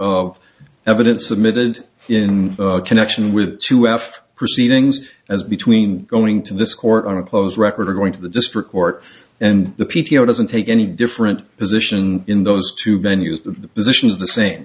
of evidence submitted in connection with two f proceedings as between going to this court on a close record or going to the district court and the p t o doesn't take any different position in those two venues the position of the